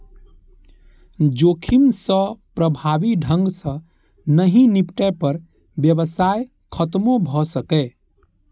जोखिम सं प्रभावी ढंग सं नहि निपटै पर व्यवसाय खतमो भए सकैए